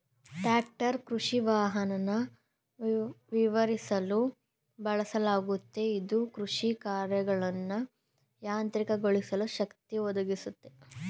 tractor ಕೃಷಿವಾಹನನ ವಿವರಿಸಲು ಬಳಸಲಾಗುತ್ತೆ ಇದು ಕೃಷಿಕಾರ್ಯಗಳನ್ನ ಯಾಂತ್ರಿಕಗೊಳಿಸಲು ಶಕ್ತಿ ಒದಗಿಸುತ್ತೆ